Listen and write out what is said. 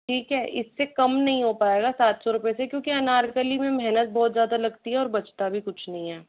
ठीक है इससे कम नहीं हो पाएगा सात सौ रुपये से क्योंकि अनारकली मे मेहनत बहुत ज़्यादा लगती है और बचता भी कुछ नहीं है